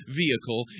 vehicle